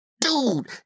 dude